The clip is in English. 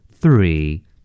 three